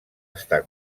estar